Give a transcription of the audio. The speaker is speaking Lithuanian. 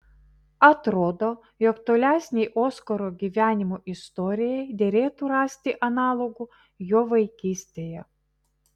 atrodo jog tolesnei oskaro gyvenimo istorijai derėtų rasti analogų jo vaikystėje